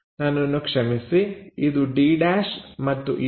ನನ್ನನ್ನು ಕ್ಷಮಿಸಿ ಇದು d' ಮತ್ತು ಇದು d ಆಗಿರಬೇಕು